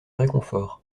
réconfort